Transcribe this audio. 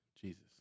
Jesus